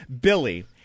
Billy